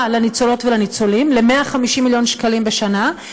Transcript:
לניצולות ולניצולים ל-150 מיליון שקלים בשנה.